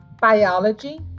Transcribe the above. Biology